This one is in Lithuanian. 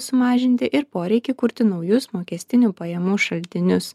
sumažinti ir poreikį kurti naujus mokestinių pajamų šaltinius